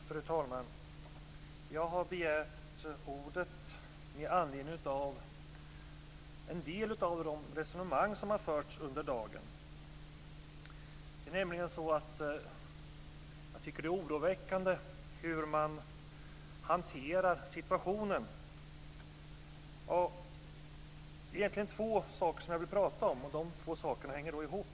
Fru talman! Jag begärde ordet med anledning av en del av de resonemang som förts här under dagen. Jag tycker nämligen att hanteringen av situationen är oroväckande. Det är egentligen två saker som jag vill tala om, och de båda sakerna hänger ihop.